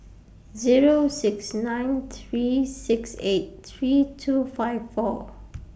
Zero six nine three six eight three two five four